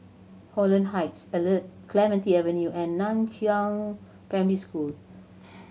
Holland Heights Clementi Avenue and Nan Chiau Primary School